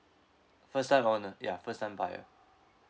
first time owner ya first time buyer